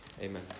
Amen